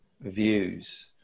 views